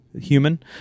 human